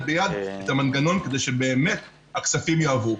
ביד את המנגנון כדי שבאמת הכספים יעברו.